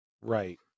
Right